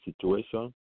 situation